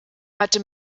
hatte